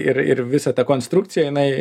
ir ir visa ta konstrukcija jinai